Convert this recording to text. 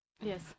Yes